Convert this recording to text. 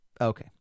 Okay